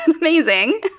Amazing